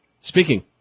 Speaking